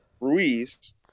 Ruiz